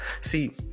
See